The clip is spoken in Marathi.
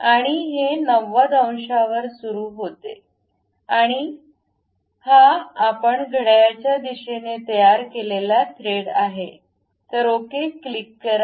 आणि हे 90 अंशांवर सुरू होते आणि हा आपण घड्याळाच्या दिशेने तयार केलेला थ्रेड आहे तर ओके क्लिक करा